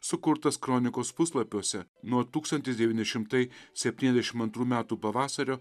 sukurtas kronikos puslapiuose nuo tūkstantis devyni šimtai septyniasdešim antrų metų pavasario